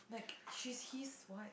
like she's his wife